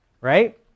right